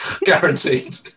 guaranteed